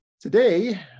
Today